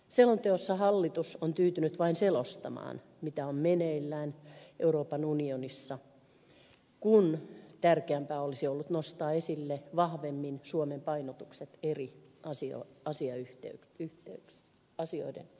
selonteossa hallitus on tyytynyt vain selostamaan mitä on meneillään euroopan unionissa kun tärkeämpää olisi ollut nostaa esille vahvemmin suomen painotukset eri asioiden yhteydessä